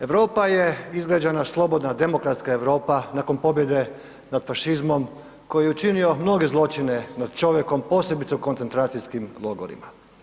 Europa je izgrađena slobodna, demokratska Europa nakon pobjede nad fašizmom koji je učinio mnoge zločine nad čovjekom posebice u koncentracijskim logorima.